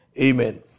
Amen